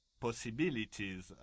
possibilities